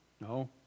no